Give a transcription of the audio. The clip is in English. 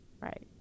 Right